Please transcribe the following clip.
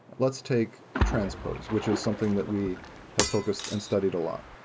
let's take transpose, which is something that we have focused and studied a lot.